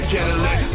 Cadillac